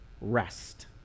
rest